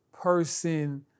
person